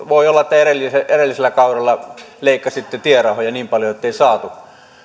voi olla että edellisellä edellisellä kaudella leikkasitte tierahoja niin paljon ettei saatu